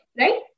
right